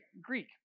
Greek